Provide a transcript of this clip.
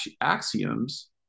axioms